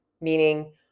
meaning